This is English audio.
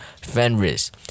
Fenris